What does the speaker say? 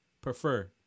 prefer